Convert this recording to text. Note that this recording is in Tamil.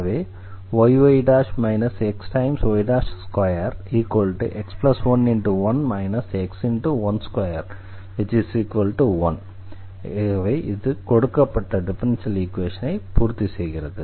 இதில் y 1 எனவே yy xy2x1 21 கொடுக்கப்பட்ட டிஃபரன்ஷியல் ஈக்வேஷனை பூர்த்தி செய்கிறது